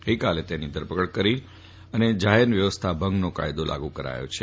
ગઈકાલે તેની ધરપકડ કરીને જાફેર વ્યવસ્થા ભંગ કાયદો લાગુ કરાયો છે